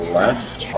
left